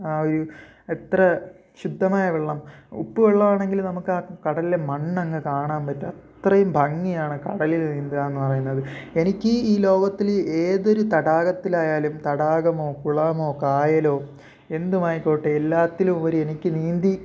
ആ ഒരു എത്ര ശുദ്ധമായ വെള്ളം ഉപ്പ് വെള്ളം ആണെങ്കിൽ നമുക്കാ കടൽലെ മണ്ണങ് കാണാൻ പറ്റും അത്രയും ഭംഗിയാണ് കടലിൽ നീന്തുകാന്ന് പറയുന്നത് എനിക്ക് ഈ ലോകത്തിൽ ഏതൊരു തടാകത്തിലായാലും തടാകമോ കുളമോ കായലോ എന്തുമായിക്കോട്ടെ എല്ലാത്തിലും ഒരു എനിക്ക് നീന്തി